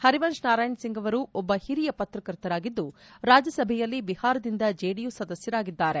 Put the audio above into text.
ಹರಿವಂಶ್ ನಾರಾಯಣ್ ಸಿಂಗ್ ಅವರು ಒಬ್ಬ ಹಿರಿಯ ಪತ್ರಕರ್ತರಾಗಿದ್ದು ರಾಜ್ಯಸಭೆಯಲ್ಲಿ ಬಿಹಾರದಿಂದ ಜೆಡಿಯು ಸದಸ್ಯರಾಗಿದ್ದಾರೆ